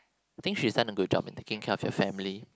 think she's done a good job in taking care of your family